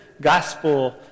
gospel